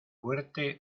fuerte